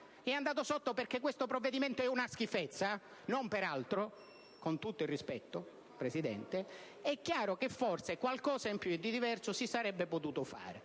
su questo tema, perché questo provvedimento è una schifezza, non per altro, (con tutto il rispetto, signora Presidente), è chiaro che forse qualcosa di più e di diverso si sarebbe potuto fare.